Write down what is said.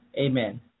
Amen